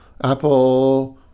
apple